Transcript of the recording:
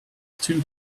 two